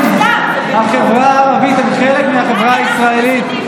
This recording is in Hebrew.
החברה הערבית הם חלק מהחברה הישראלית,